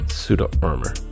pseudo-armor